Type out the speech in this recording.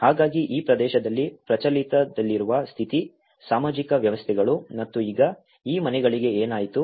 ಹಾಗಾಗಿ ಈ ಪ್ರದೇಶಗಳಲ್ಲಿ ಪ್ರಚಲಿತದಲ್ಲಿರುವ ಸ್ಥಿತಿ ಸಾಮಾಜಿಕ ವ್ಯವಸ್ಥೆಗಳು ಮತ್ತು ಈಗ ಈ ಮನೆಗಳಿಗೆ ಏನಾಯಿತು